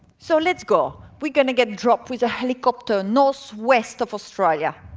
so let's go, we're going to get dropped with a helicopter northwest of australia.